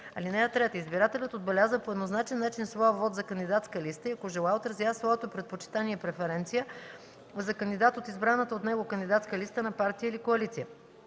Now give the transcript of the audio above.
комитет. (3) Избирателят отбелязва по еднозначен начин своя вот за кандидатска листа и ако желае, изразява своето предпочитание (преференция) за кандидат от избраната от него кандидатска листа на партия или коалиция.